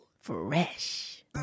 fresh